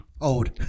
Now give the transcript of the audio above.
Old